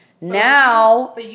Now